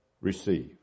receive